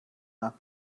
dda